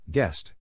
Guest